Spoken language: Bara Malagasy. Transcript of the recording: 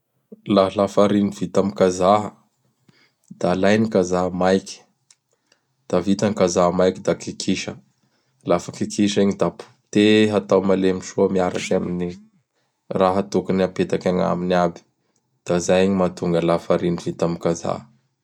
Laha lafariny vita am kajaha; da alay gny Kajaha maiky. Da vita ny kajaha maiky da kikisa. Lafa kikisa igny da potehy atao malemy soa miaraky amin'ny raha tokony hapetaky agnaminy aby. Da zay mahatonga ny lafariny vita am Kajaha.